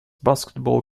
basketball